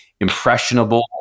impressionable